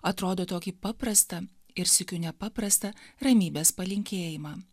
atrodo tokį paprastą ir sykiu nepaprastą ramybės palinkėjimą